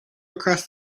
across